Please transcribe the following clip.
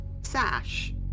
Sash